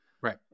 Right